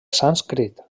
sànscrit